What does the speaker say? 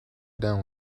down